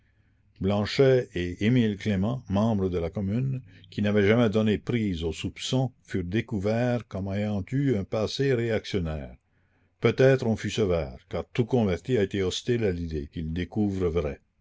blanchet et emile clément membres de la commune qui n'avaient jamais donné prise au soupçon furent découverts comme ayant eu un passé réactionnaire peut-être on fut sévère car tout converti a été hostile à l'idée qu'il découvre vraie